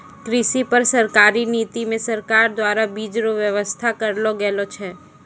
कृषि पर सरकारी नीति मे सरकार द्वारा बीज रो वेवस्था करलो गेलो छै